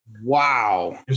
Wow